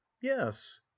yes